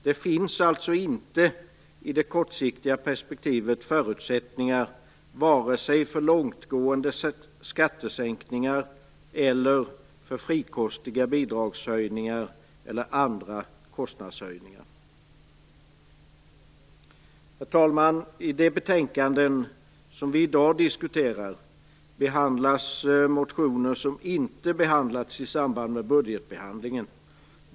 Det finns alltså i det korta perspektivet inte förutsättningar vare sig för långtgående skattesänkningar eller för frikostiga bidragshöjningar eller andra kostnadshöjningar. Herr talman! I de betänkanden som vi i dag diskuterar behandlas de motioner som inte behandlats i samband med budgetbehandlingen.